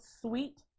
Sweet